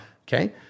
okay